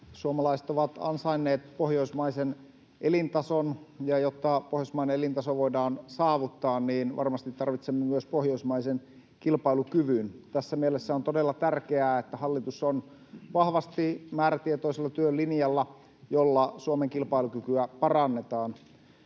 Suomalaiset ovat ansainneet pohjoismaisen elintason, ja jotta pohjoismainen elintaso voidaan saavuttaa, varmasti tarvitsemme myös pohjoismaisen kilpailukyvyn. Tässä mielessä on todella tärkeää, että hallitus on vahvasti määrätietoisella työn linjalla, jolla Suomen kilpailukykyä parannetaan.